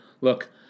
Look